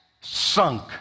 Sunk